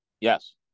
Yes